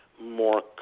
more